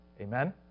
Amen